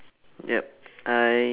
yup I